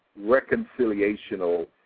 reconciliational